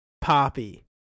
Poppy